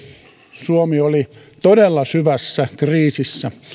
suomi oli todella syvässä kriisissä